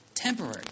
Temporary